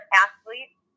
athletes